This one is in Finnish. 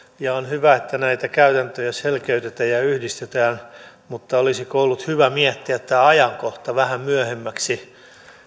ja on hyvä että näitä käytäntöjä selkeytetään ja ja yhdistetään mutta olisiko ollut hyvä miettiä tämä ajankohta vähän myöhemmäksi